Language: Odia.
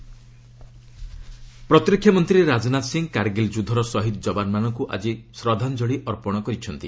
ରାଜନାଥ କାର୍ଗୀଲ୍ ପ୍ରତିରକ୍ଷା ମନ୍ତ୍ରୀ ରାଜନାଥ ସିଂହ କାର୍ଗୀଲ୍ ଯୁଦ୍ଧର ଶହୀଦ୍ ଯବାନମାନଙ୍କୁ ଆଜି ଶ୍ରଦ୍ଧାଞ୍ଜଳୀ ଅର୍ପଣ କରିଛନ୍ତି